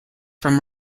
from